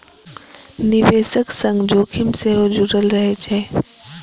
निवेशक संग जोखिम सेहो जुड़ल रहै छै